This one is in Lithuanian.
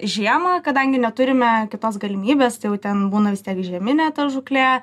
žiemą kadangi neturime kitos galimybės ten būna vis tiek žieminė žūklė